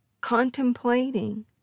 contemplating